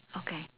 okay